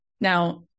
Now